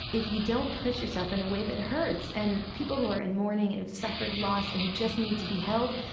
if you don't push yourself in a way that hurts. and people who are in mourning and have suffered loss and who just need to be held,